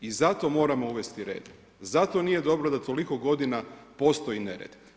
I zato moramo uvesti red, zato nije dobro da toliko godina postoji nered.